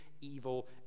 evil